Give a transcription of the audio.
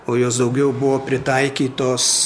o jos daugiau buvo pritaikytos